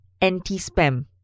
anti-spam